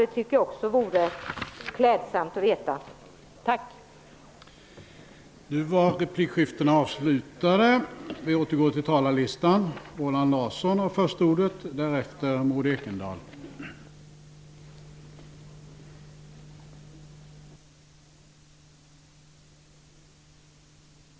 Det tycker jag också att det vore klädsamt att tala om.